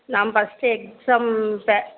நான் first exam